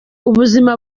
ubuzima